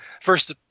first